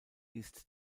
ist